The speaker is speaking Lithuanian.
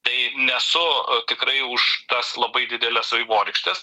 tai nesu tikrai už tas labai dideles vaivorykštes